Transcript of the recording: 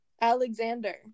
Alexander